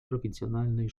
prowincjonalnej